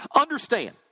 Understand